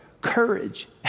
courage